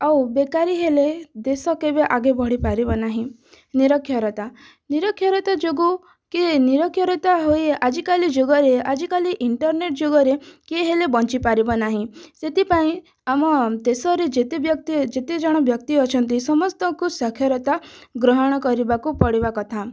ଆଉ ବେକାରୀ ହେଲେ ଦେଶ କେବେ ଆଗେ ବଢ଼ିପାରିବ ନାହିଁ ନିରକ୍ଷରତା ନିରକ୍ଷରତା ଯୋଗୁଁ କିଏ ନିରକ୍ଷରତା ହୋଇ ଆଜିକାଲି ଯୁଗରେ ଆଜିକାଲି ଇଣ୍ଟରନେଟ୍ ଯୁଗରେ କିଏ ହେଲେ ବଞ୍ଚିପାରିବ ନାହିଁ ସେଥିପାଇଁ ଆମ ଦେଶରେ ଯେତେ ବ୍ୟକ୍ତି ଯେତେ ଜଣ ବ୍ୟକ୍ତି ଅଛନ୍ତି ସମସ୍ତଙ୍କୁ ସାକ୍ଷରତା ଗ୍ରହଣ କରିବାକୁ ପଡ଼ିବା କଥା